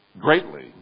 greatly